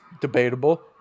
debatable